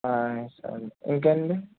సరే ఇంకా అండి